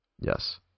Yes